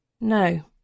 No